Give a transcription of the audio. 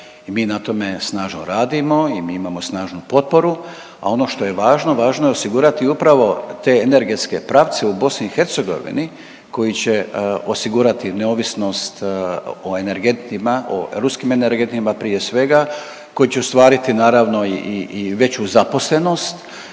mi na tome snažno radimo i mi imamo snažnu potporu. A ono što je važno, važno je osigurati upravo te energetske pravce u BiH koji će osigurati neovisnost o energentima o ruskim energentima prije svega koji će ostvariti naravno i veću zaposlenost,